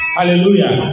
Hallelujah